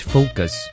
Focus